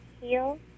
heal